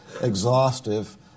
exhaustive